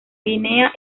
guinea